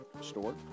store